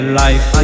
life